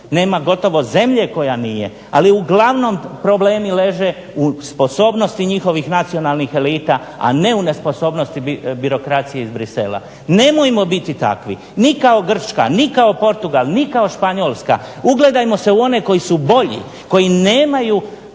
nema gotovo zemlje koja nije, ali uglavnom problemi leže u sposobnosti njihovih nacionalnih elita a ne u nesposobnosti birokracije iz Bruxellesa. Nemojmo biti takvi, ni kao Grčka, ni kao Portugal, ni kao Španjolska ugledajmo se u one koji su bolji, koji nemaju